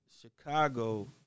Chicago